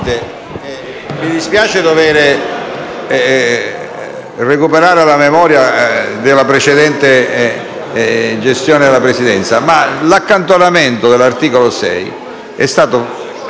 Mi spiace dover recuperare la memoria della precedente gestione della Presidenza, ma l'accantonamento dell'articolo 6 è stato